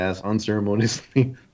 unceremoniously